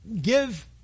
give